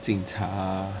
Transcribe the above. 敬茶